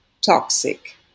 toxic